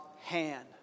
hand